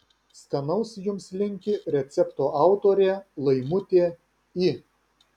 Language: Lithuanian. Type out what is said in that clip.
skanaus jums linki recepto autorė laimutė i